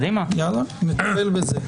נטפל בזה.